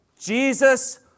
Jesus